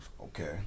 Okay